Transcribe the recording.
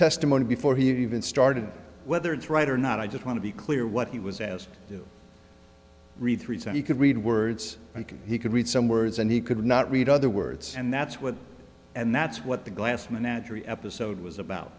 testimony before he even started whether it's right or not i just want to be clear what he was asked read three so you could read words like he could read some words and he could not read other words and that's what and that's what the glass menagerie episode was about